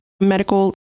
medical